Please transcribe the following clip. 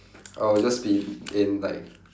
I would just be in like